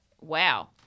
Wow